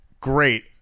Great